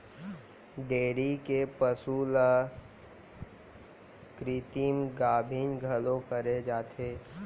dairy के पसु ल कृत्रिम गाभिन घलौ करे जाथे